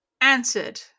answered